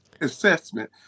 assessment